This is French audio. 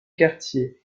quartier